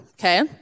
okay